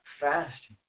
fasting